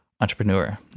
entrepreneur